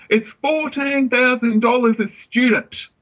it's fourteen thousand dollars a student!